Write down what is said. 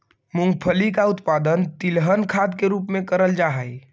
मूंगफली का उत्पादन तिलहन खाद के रूप में करेल जा हई